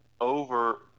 over